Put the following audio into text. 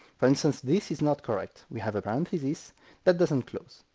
for instance, this is not correct we have a parenthesis that doesn't close.